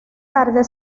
tarde